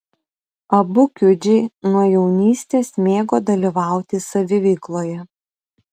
abu kiudžiai nuo jaunystės mėgo dalyvauti saviveikloje